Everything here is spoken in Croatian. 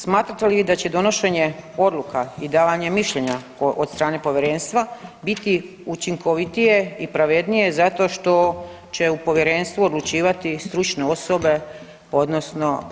Smatrate li vi da će donošenje odluka i davanje mišljenja od strane povjerenstva biti učinkovitije i pravednije zato što će u povjerenstvu odlučivati stručne osobe odnosno pravne struke.